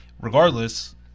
regardless –